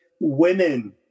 women